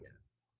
Yes